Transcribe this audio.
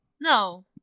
no